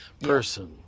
person